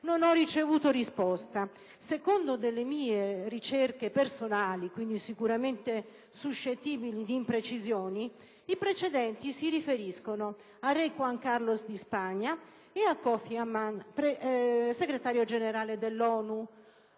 Non ho ricevuto risposta. Secondo mie ricerche personali, sicuramente suscettibili di imprecisioni, i precedenti si riferiscono a re Juan Carlos di Spagna e a Kofi Annan, Segretario generale dell'ONU.